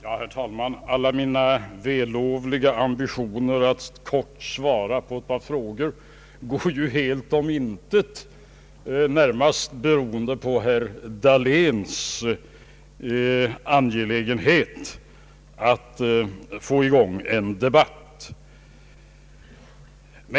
Herr talman! Alla mina vällovliga ambitioner att kort svara på ett par frågor går ju helt om intet, närmast beroende på herr Dahléns angelägenhet att få i gång en debatt.